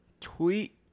tweet